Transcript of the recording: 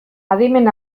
adimen